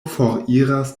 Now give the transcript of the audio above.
foriras